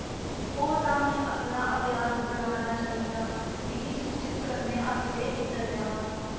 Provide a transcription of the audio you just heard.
ओह् तां में अपना अभ्यास बढ़ाना चाहिदा मिगी सूचत करने आस्तै धन्यवाद